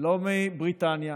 לא מבריטניה